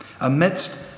Amidst